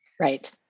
right